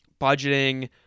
budgeting